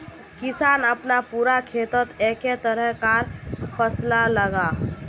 किसान अपना पूरा खेतोत एके तरह कार फासला लगाः